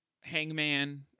Hangman